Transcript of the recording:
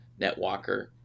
NetWalker